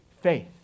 faith